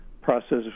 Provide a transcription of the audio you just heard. process